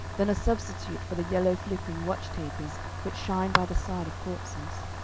than a substitute for the yellow-flickering watch-tapers which shine by the side of corpses.